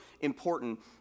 important